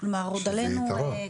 שזה יתרון.